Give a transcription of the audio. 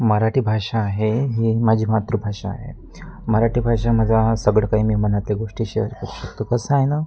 मराठी भाषा आहे ही माझी मातृभाषा आहे मराठी भाषा माझा सगळं काही मी मनातल्या गोष्टी शेअर करू शकतो कसं आहे ना